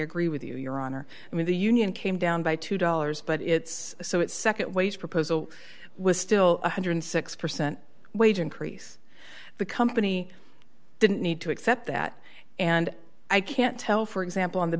agree with you your honor i mean the union came down by two dollars but it's so it's nd way to proposal was still one hundred and six percent wage increase the company didn't need to accept that and i can't tell for example on the